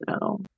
No